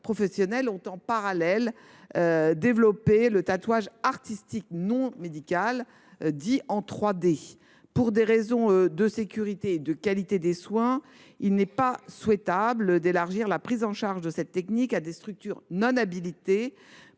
en parallèle le tatouage artistique et non médical, dit tridimensionnel. Pour des raisons de sécurité et de qualité des soins, il n’est pas souhaitable d’élargir la prise en charge de cette technique à des structures non habilitées,